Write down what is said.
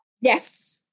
yes